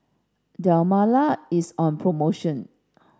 Dermale is on promotion